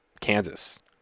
Kansas